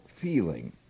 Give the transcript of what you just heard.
feeling